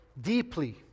deeply